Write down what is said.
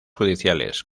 judiciales